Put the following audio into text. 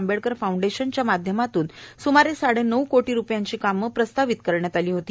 आंबेडकर फाऊंडेशनच्या माध्यमातून सूमारे साडेनऊ करोड रूपयांची कामे प्रस्तावित करण्यात आली होती